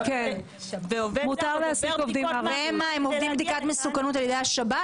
והם עוברים בדיקת מסוכנות על ידי השב"כ?